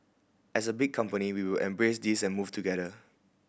as a big company we will embrace this and move together